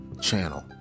channel